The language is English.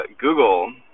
Google